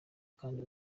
kandi